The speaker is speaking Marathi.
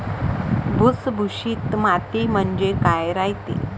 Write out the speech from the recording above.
भुसभुशीत माती म्हणजे काय रायते?